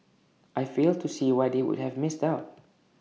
I fail to see why they would have missed out